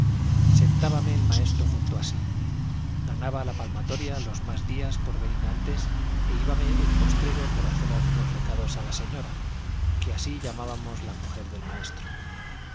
mañana sentábame el maestro junto a sí ganaba la palmatoria los más días por venir antes y íbame el postrero por hacer algunos recados a la señora que así llamábamos la mujer del maestro